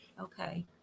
Okay